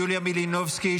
יוליה מלינובסקי,